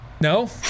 No